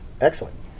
Excellent